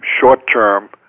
short-term